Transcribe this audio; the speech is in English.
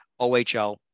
ohl